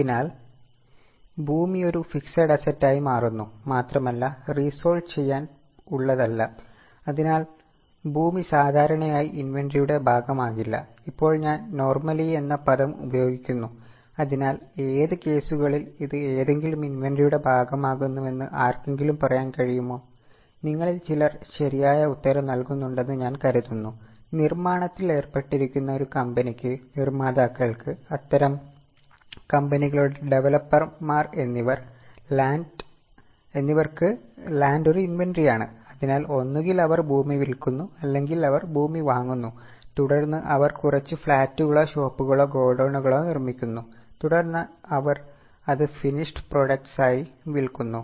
അതിനാൽ ഭൂമി ഒരു ഫിക്സെഡ് അസറ്റ് ആയി മാറുന്നു മാത്രമല്ല റീ സോൾഡ് ആയി വിൽക്കുന്നു